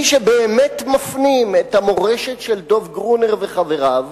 מי שבאמת מפנים את המורשת של דב גרונר וחבריו,